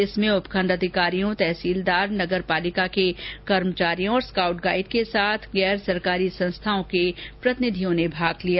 इसमें उपखंड अधिकारी तहसीलदार नगरपालिका के कर्मचारियों और स्काउट गाइड के साथ गैर सरकारी संस्थाओं के प्रतिनिधियों ने भाग लिया